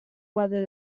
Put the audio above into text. whether